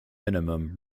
minimum